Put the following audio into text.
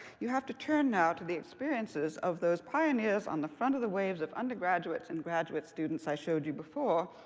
you have to turn now to the experiences of those pioneers on the front of the waves of undergraduates and graduate students i showed you before,